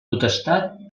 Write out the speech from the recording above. potestat